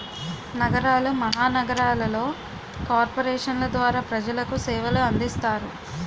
నగరాలు మహానగరాలలో కార్పొరేషన్ల ద్వారా ప్రజలకు సేవలు అందిస్తారు